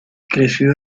creció